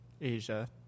Asia